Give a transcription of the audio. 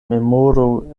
memoru